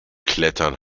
klettern